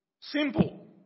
simple